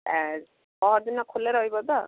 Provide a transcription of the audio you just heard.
ଆଉ ପହର ଦିନ ଖୋଲା ରହିବ ତ